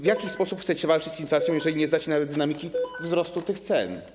W jaki sposób chcecie walczyć z inflacją, jeżeli nie znacie nawet dynamiki wzrostu tych cen?